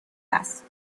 است